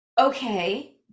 okay